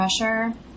pressure